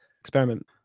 experiment